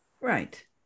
Right